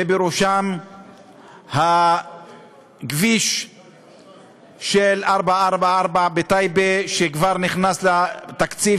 ובראשן כביש 444 בטייבה שכבר נכנס לתקציב